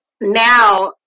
now